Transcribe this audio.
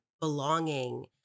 belonging